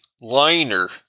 Liner